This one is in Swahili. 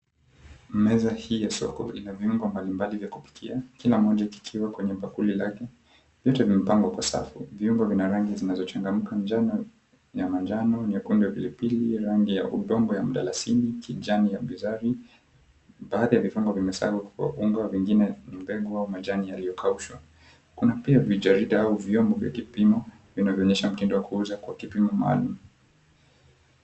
Meza hii ya soko ina viungo mbalimbali vya kupikia. Kila moja kikiwa kwenye pakuli lake. Yote imepangwa kwa safu. Viombo vina rangi vinavyochangamka ya manjano, nyekundu ya pilipili rangi ya udongo ya mdalasini, majani ya mbizari. Baadhi ya viungo vimeaagwa kwa unga vingine vimewekwa majani yaliyokaushwa. Kuna pia vijarida au viombo vya kipimo vinavyoonyesha mtindo wa kuuza kwa kipimo maalum.